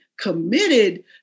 committed